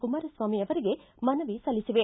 ಕುಮಾರಸ್ವಾಮಿ ಅವರಿಗೆ ಮನವಿ ಸಲ್ಲಿಬವೆ